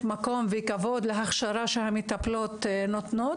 מקום וכבוד להכשרה שהמטפלות נותנות,